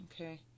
Okay